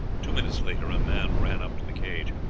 two minutes later a man ran up to the cage.